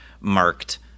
marked